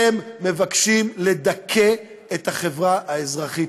הם מבקשים לדכא את החברה הישראלית.